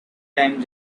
time